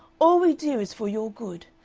all we do is for your good.